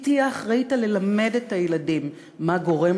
היא תהיה אחראית על ללמד את הילדים מה גורם